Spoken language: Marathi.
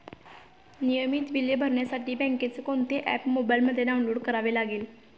नियमित बिले भरण्यासाठी बँकेचे कोणते ऍप मोबाइलमध्ये डाऊनलोड करावे लागेल?